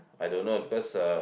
I don't know because uh